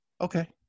Okay